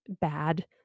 bad